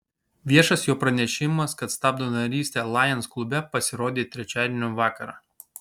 viešas jo pranešimas kad stabdo narystę lions klube pasirodė trečiadienio vakarą